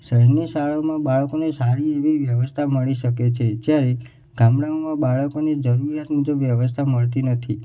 શહેરની શાળાઓમાં બાળકોને સારી એવી વ્યવસ્થા મળી શકે છે જ્યારે ગામડાઓમાં બાળકોને જરૂરિયાત મુજબ વ્યવસ્થા મળતી નથી